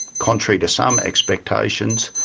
contrary to some expectations,